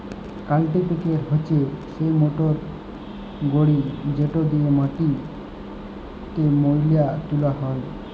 কাল্টিপ্যাকের হছে সেই মটরগড়ি যেট দিঁয়ে মাটিতে ময়লা তুলা হ্যয়